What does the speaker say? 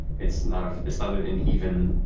it's not ah it's not an even.